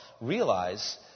realize